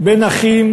בין אחים,